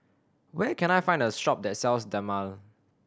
where can I find a shop that sells Dermale